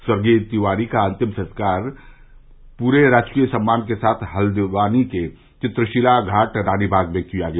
स्वर्गीय तिवारी का अंतिम संस्कार पूरे राजकीय सम्मान के साथ हल्दानी के वित्रशीला घाट रानीबाग में किया गया